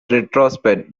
retrospect